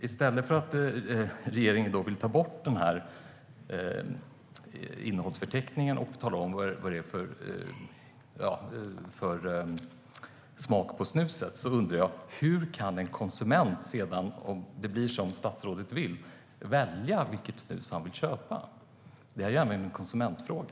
I stället för att regeringen vill ta bort innehållsförteckningen och tala om vad det är för smak på snuset undrar jag hur en konsument, om det blir som statsrådet vill, ska kunna välja vilket snus han vill köpa. Det är ju även en konsumentfråga.